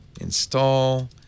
install